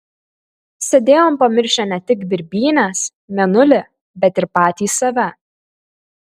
sėdėjom pamiršę ne tik birbynes mėnulį bet ir patys save